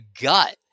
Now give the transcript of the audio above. gut